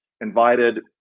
invited